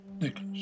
Nicholas